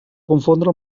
confondre